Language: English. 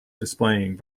displaying